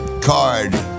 card